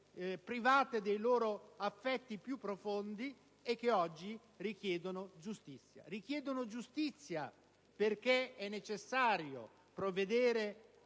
private dei loro affetti più profondi che oggi chiedono giustizia. Chiedono giustizia perché è necessario provvedere